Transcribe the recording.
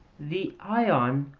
the ion,